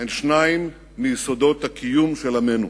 הן שניים מיסודות הקיום של עמנו.